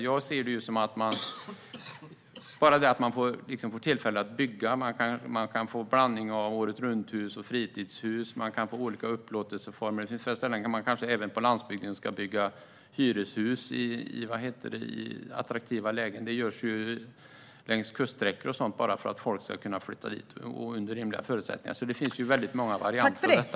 Jag ser det som att man genom att man får tillfälle att bygga kan få en blandning av åretrunthus och fritidshus och att man kan få olika upplåtelseformer. På vissa ställen kanske man även på landsbygden ska bygga hyreshus i attraktiva lägen - det görs ju längs kuststräckor och så vidare bara för att folk ska kunna flytta dit under rimliga förutsättningar. Det finns alltså många varianter av detta.